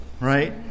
right